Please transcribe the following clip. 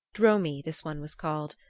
dromi, this one was called,